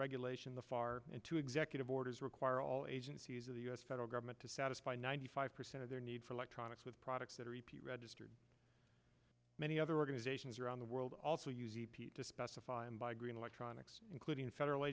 regulation the far into executive orders require all agencies of the u s federal government to satisfy ninety five percent of their need for electronics with products that are e p a registered many other organizations around the world also use e p to specify and buy green electronics including federal